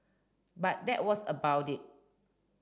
but that was about it